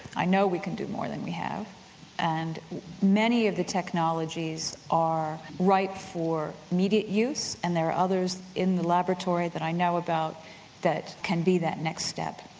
i know we can do more than we have and many of the technologies are right for immediate use and there are others in the laboratory that i know about that can be that next step.